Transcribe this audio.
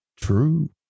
true